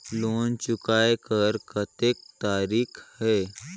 Loan चुकाय कर कतेक तरीका है?